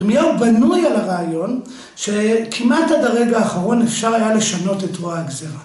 ‫מיהו בנוי על הרעיון ‫שכמעט עד הרגע האחרון ‫אפשר היה לשנות את רוע הגזרה.